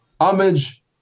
homage